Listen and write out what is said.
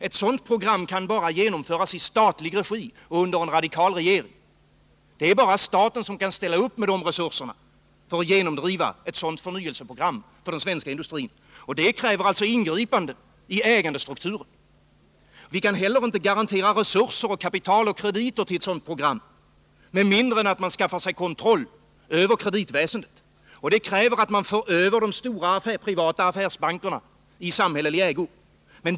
Ett sådant program kan genomföras endast i statlig regi och av en radikal regering. Det är bard staten som kan ställa upp med resurser för att genomdriva ett sådant förnyelseprogram för den svenska industrin. Det kräver ingripanden i ägandestrukturen. Vi kan inte heller garantera resurser, kapital och kredit till ett sådant program med mindre än att man skaffar sig kontroll över kreditväsendet. Det kräver att man överför de stora privata affärsbankerna i samhällelig ägo.